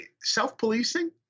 Self-policing